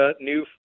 new